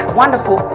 wonderful